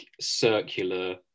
circular